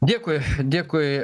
dėkui dėkui